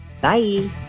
bye